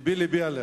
לבי לבי עליך.